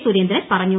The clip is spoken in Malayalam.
സുരേന്ദ്രൻ പറഞ്ഞു